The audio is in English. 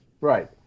Right